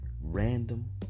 random